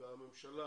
והממשלה